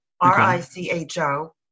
R-I-C-H-O